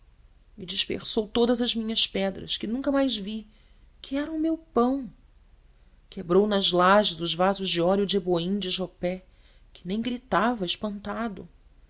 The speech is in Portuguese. e dispersou todas as minhas pedras que nunca mais vi que eram o meu pão quebrou nas lajes os vasos de óleo de eboim de jopé que nem gritava espantado